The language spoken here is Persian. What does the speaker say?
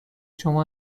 شما